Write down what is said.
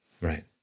Right